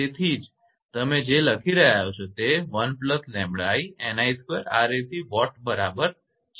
તેથી જ તમે જે લખી રહ્યાં છો કે તે 1𝜆𝑖𝑛𝑖2𝑅𝑎𝑐 watt બરાબર છે